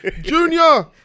junior